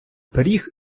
пиріг